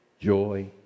joy